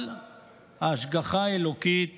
אבל ההשגחה האלוקית